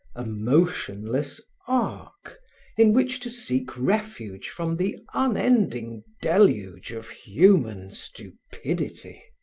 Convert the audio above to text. a motionless ark in which to seek refuge from the unending deluge of human stupidity.